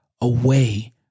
away